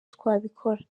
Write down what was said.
twabikora